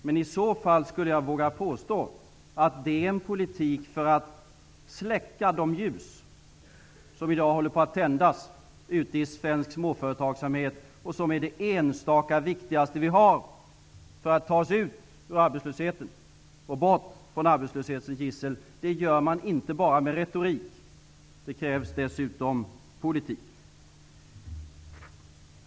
Men om socialdemokraterna gör detta, vill jag påstå att det är en politik för att släcka de ljus som i dag håller på att tändas ute i svensk småföretagsamhet och som är det enstaka viktigaste som vi har för att ta oss bort från arbetslöshetens gissel. Det gör man inte bara med retorik. Det krävs dessutom politik.